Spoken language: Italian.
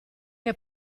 che